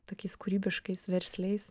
tokiais kūrybiškais versliais